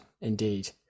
Indeed